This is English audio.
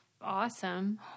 awesome